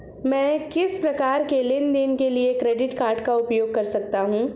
मैं किस प्रकार के लेनदेन के लिए क्रेडिट कार्ड का उपयोग कर सकता हूं?